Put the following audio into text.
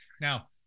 Now